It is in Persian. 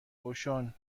اوشون